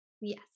Yes